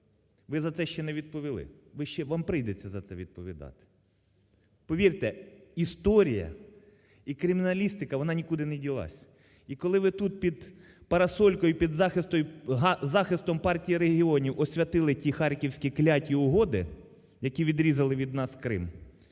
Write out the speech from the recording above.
Ви за це ще не відповіли. Вам прийдеться за це відповідати. Повірте, історія і криміналістика вона нікуди не ділась. І, коли ви тут під парасолькою, під захистом Партії регіонів освятили ті Харківські кляті угоди, які відрізали від нас Крим,